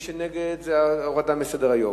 ומי שנגד, זה הורדה מסדר-היום.